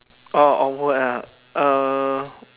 oh awkward ah uh